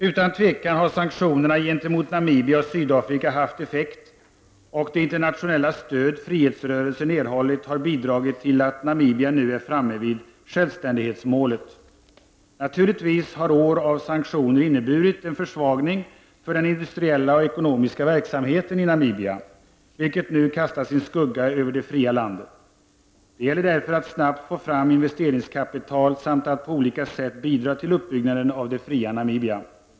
Utan tvivel har sanktionerna gentemot Namibia och Sydafrika haft effekt, och det internationella stöd frihetsrörelsen erhållit har bidragit till att Namibia nu är framme vid självständighetsmålet. Naturligtvis har år av sanktioner inneburit en försvagning för den industriella och ekonomiska verksamheten i Namibia, vilket nu kastar sin skugga över det fria landet. Det gäller därför att snabbt få fram investeringskapital samt att på olika sätt bidra till uppbyggnaden av det fria Namibia.